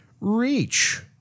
reach